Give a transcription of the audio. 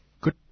Good